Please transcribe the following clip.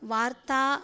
वार्ताः